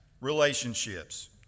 relationships